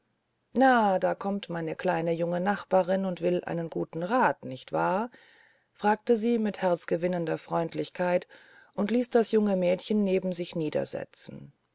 ah da kommt meine kleine junge nachbarin und will einen guten rat nicht wahr fragte sie mit herzgewinnender freundlichkeit und ließ das junge mädchen neben sich